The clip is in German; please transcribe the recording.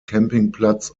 campingplatz